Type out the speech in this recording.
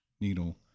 needle